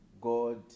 God